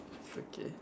okay